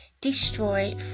destroy